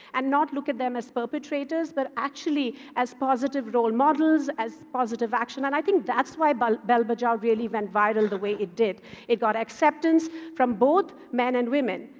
and not look at them as perpetrators, but actually as positive role models, as positive action. and i think that's why bell bell bajao really went viral the way it did it got acceptance from both men and women.